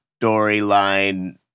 storyline